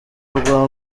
rwa